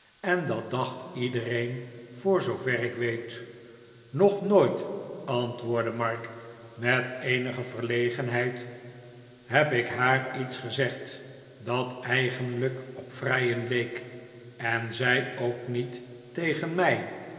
en dat dacht iedereen voor zoover ik weet nog nooit antwoordde mark met eenige verlegenheid heb ik haar iets gezegd dat eigenlijk op vrijen leek en zij ook niet tegen mij